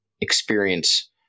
experience